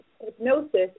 hypnosis